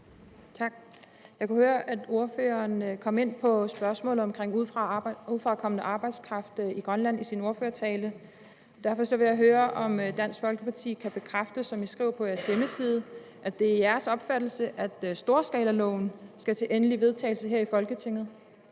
Tak. Jeg kunne høre, at ordføreren i sin ordførertale kom ind på spørgsmålet om udefrakommende arbejdskraft i Grønland. Derfor vil jeg høre, om Dansk Folkeparti kan bekræfte det, som man skriver på sin hjemmeside, nemlig at det er Dansk Folkepartis opfattelse, at storskalaloven skal til endelig vedtagelse her i Folketinget.